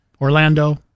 Orlando